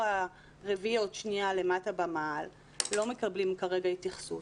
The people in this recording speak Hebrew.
הרביעי למאהל - לא מקבלים כרגע התייחסות.